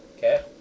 Okay